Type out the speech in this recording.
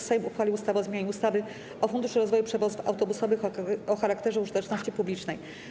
Sejm uchwalił ustawę o zmianie ustawy o Funduszu rozwoju przewozów autobusowych o charakterze użyteczności publicznej.